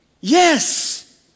Yes